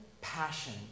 passion